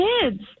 kids